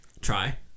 Try